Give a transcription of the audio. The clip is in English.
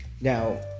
Now